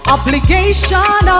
obligation